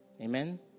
Amen